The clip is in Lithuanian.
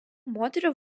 moterų